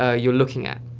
ah you're looking at.